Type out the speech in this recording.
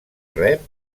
rep